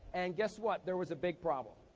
and guess what? there was a big problem.